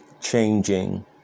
changing